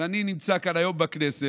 אני נמצא כאן היום בכנסת,